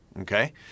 okay